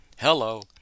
Hello